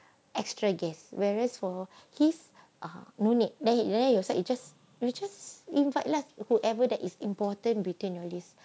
extra guest whereas for his uh no need then you leh you just you just invite lah whoever that is important between your list